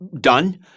done